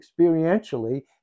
experientially